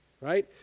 right